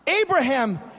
Abraham